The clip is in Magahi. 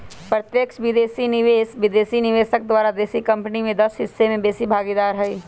प्रत्यक्ष विदेशी निवेश विदेशी निवेशक द्वारा देशी कंपनी में दस हिस्स से बेशी भागीदार हइ